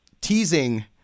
teasing